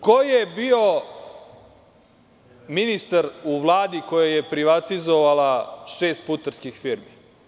Ko je bio ministar u Vladi koja je privatizovala šest putarskih firmi?